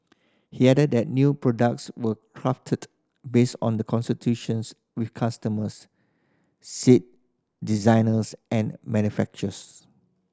he added that new products were crafted based on the consultations with customers seat designers and manufacturers